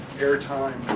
air time,